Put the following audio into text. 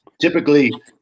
typically